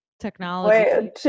Technology